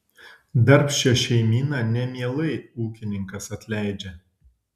darbščią šeimyną nemielai ūkininkas atleidžia